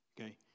Okay